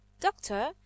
Doctor